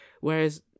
whereas